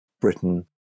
Britain